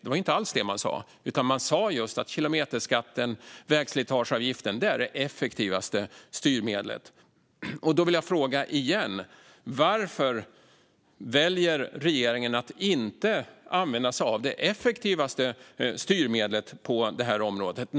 Det var inte alls det man sa, utan man sa just att kilometerskatten, vägslitageavgiften, är det effektivaste styrmedlet. Därför vill jag återigen fråga: Varför väljer regeringen att inte använda sig av det effektivaste styrmedlet på det här området?